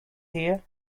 here